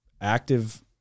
active